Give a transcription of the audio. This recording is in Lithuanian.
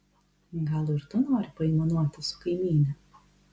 gal ir tu nori paaimanuot su kaimyne